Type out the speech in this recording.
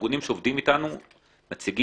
הארגונים שעובדים איתנו מציגים